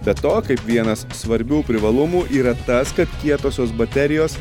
be to kaip vienas svarbių privalumų yra tas kad kietosios baterijos